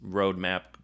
roadmap